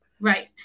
right